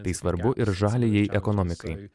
tai svarbu ir žaliajai ekonomikai